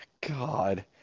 God